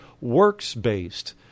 works-based